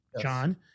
John